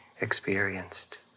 experienced